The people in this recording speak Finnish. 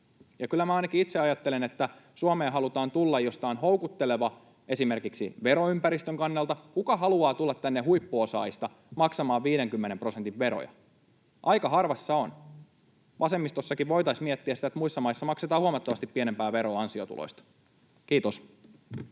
Ja kyllä minä ainakin itse ajattelen, että Suomeen halutaan tulla, jos tämä on houkutteleva esimerkiksi veroympäristön kannalta. Kuka huippuosaajista haluaa tulla tänne maksamaan 50 prosentin veroja? Aika harvassa on. Vasemmistossakin voitaisiin miettiä sitä, että muissa maissa maksetaan huomattavasti pienempää veroa ansiotuloista. — Kiitos.